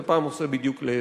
ופעם עושה בדיוק להיפך,